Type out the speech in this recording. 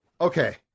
Okay